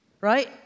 right